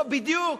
בדיוק.